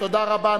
תודה רבה.